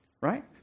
Right